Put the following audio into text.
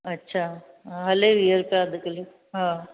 अछा हा हले वीह रुपिया अधि किलो हा